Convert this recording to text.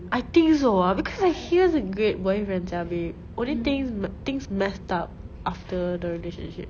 I think so ah because like he was a great boyfriend sia babe only things m~ things messed up after the relationship